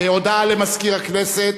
הודעה למזכיר הכנסת.